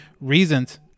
reasons